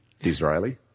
Israeli